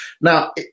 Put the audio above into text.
Now